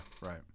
Right